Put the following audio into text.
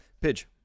Pidge